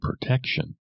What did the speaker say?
protection